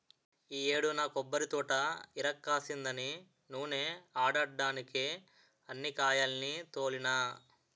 ఈ యేడు నా కొబ్బరితోట ఇరక్కాసిందని నూనే ఆడడ్డానికే అన్ని కాయాల్ని తోలినా